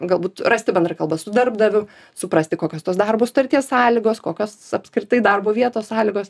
galbūt rasti bendrą kalbą su darbdaviu suprasti kokios tos darbo sutarties sąlygos kokios apskritai darbo vietos sąlygos